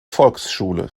volksschule